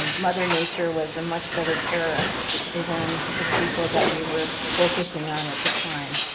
um mother nature was a much better terrorist than the people that we were focusing on at the time.